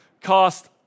cost